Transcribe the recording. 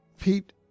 Pete